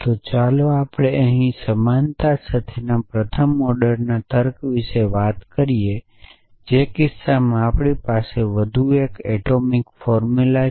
તો ચાલો આપણે અહીં સમાનતા સાથેના પ્રથમ ઓર્ડરના તર્ક વિશે વાત કરીએ જે કિસ્સામાં આપણી પાસે વધુ એક એટોમિક ફોર્મુલા છે